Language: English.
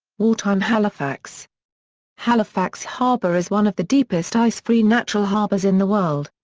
wartime halifax halifax harbour is one of the deepest ice-free natural harbours in the world.